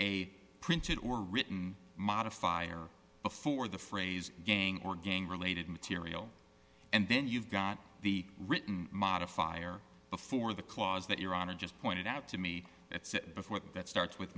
a printed or written modifier before the phrase gang or gang related material and then you've got the written modifier before the clause that your honor just pointed out to me before that starts with